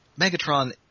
Megatron